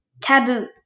taboo